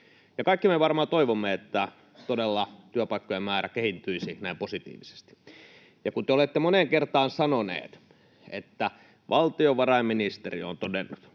kaikki me varmaan toivomme, että työpaikkojen määrä todella kehittyisi näin positiivisesti. Ja kun te olette moneen kertaan sanoneet, että valtiovarainministeriö on todennut,